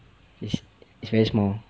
it's it's very small